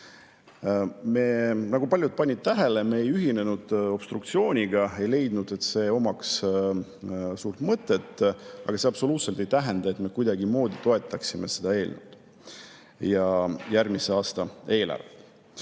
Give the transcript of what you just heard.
Nagu paljud tähele panid, me ei ühinenud obstruktsiooniga, ei leidnud, et see omaks suurt mõtet. Aga see absoluutselt ei tähenda, nagu me kuidagimoodi toetaksime seda eelnõu ja järgmise aasta eelarvet.